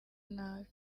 nabi